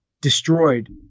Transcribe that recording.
destroyed